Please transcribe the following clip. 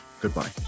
goodbye